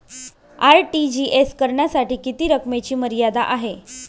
RTGS करण्यासाठी किती रकमेची मर्यादा आहे?